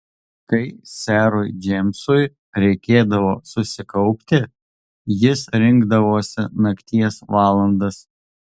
kai serui džeimsui reikėdavo susikaupti jis rinkdavosi nakties valandas